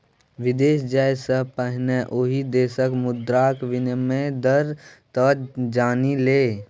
विदेश जाय सँ पहिने ओहि देशक मुद्राक विनिमय दर तँ जानि ले